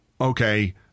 okay